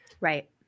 right